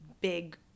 big